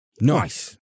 Nice